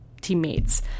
teammates